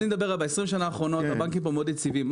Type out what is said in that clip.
ב-20 השנים האחרונות הבנקים פה מאוד יציבים.